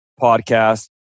podcast